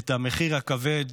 המחיר הכבד